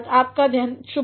आपका दिन शुभ हो